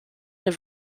der